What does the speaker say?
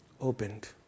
opened